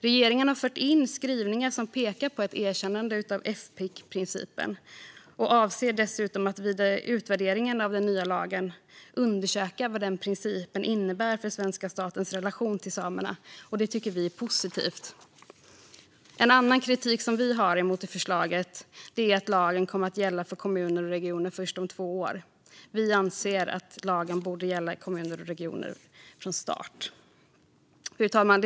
Regeringen har fört in skrivningar som pekar på ett erkännande av FPIC-principen och avser dessutom att vid utvärdering av den nya lagen undersöka vad principen innebär för svenska statens relation till samerna. Detta tycker vi är positivt. En annan kritik vi har mot förslaget är att lagen kommer att gälla för kommuner och regioner först om drygt två år. Vi anser att lagen borde gälla kommuner och regioner från start. Fru talman!